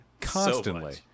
Constantly